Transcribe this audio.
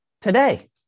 today